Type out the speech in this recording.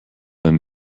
ein